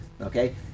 okay